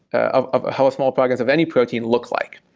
of of how small fragments of any protein look like.